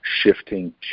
shifting